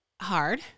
Hard